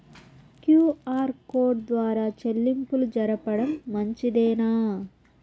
QR code ద్వారా చెల్లింపులు జరపడం మంచిదేనా?